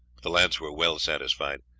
the lads were well satisfied.